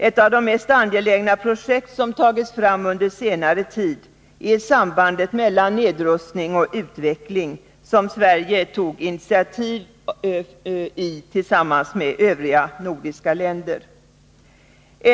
Ett av de mest angelägna projekt som tagits fram under senare tid är studien om sambandet mellan nedrustning och utveckling. Det var Sverige som tillsammans med övriga nordiska länder tog detta initiativ.